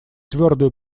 твердую